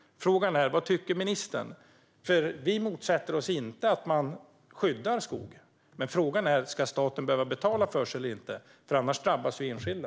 Frågan är vad ministern tycker. Vi motsätter oss ju inte att man skyddar skog, men frågan är om staten ska behöva betala för sig eller inte. Annars drabbas enskilda.